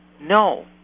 No